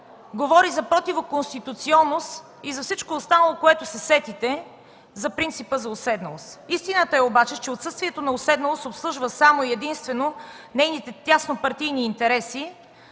говори за противоконституционност и за всичко останало, което се сетите, за принципа за уседналост. Истината обаче е, че отсъствието на уседналост обслужва само и единствено нейните теснопартийни интереси